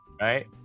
Right